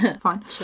Fine